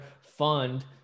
fund